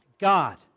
God